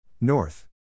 North